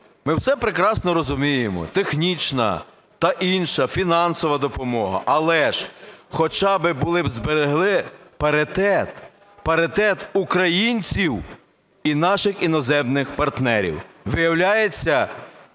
Ми всі прекрасно розуміємо, технічна та інша фінансова допомога, але ж хоча б були зберегли паритет, паритет українців і наших іноземних партнерів. Виявляється,